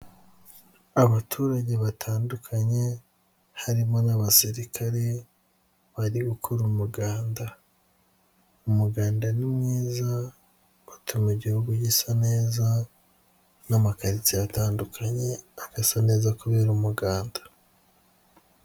Abaturage batandukanye harimo n'abasirikare bari gukora umuganda. Umuganda ni mwiza utuma igihugu gisa neza n'amakaritsiye atandukanye agasa neza kubera umuganda.